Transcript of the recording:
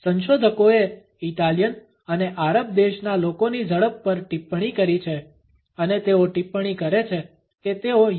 સંશોધકોએ ઇટાલિયન અને આરબ દેશના લોકોની ઝડપ પર ટિપ્પણી કરી છે અને તેઓ ટિપ્પણી કરે છે કે તેઓ યુ